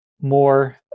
more